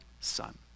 Son